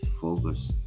focus